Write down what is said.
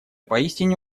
поистине